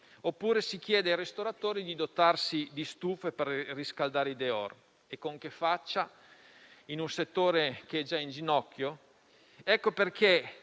oppure si chieda ai ristoratori di dotarsi di stufe per riscaldare i *dehor.* Ma con che faccia, in un settore che è già in ginocchio? Per